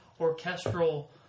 orchestral